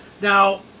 now